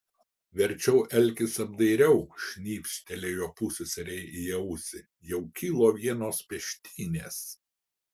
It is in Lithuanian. verčiau elkis apdairiau šnypštelėjo pusseserei į ausį jau kilo vienos peštynės